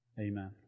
Amen